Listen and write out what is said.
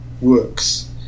works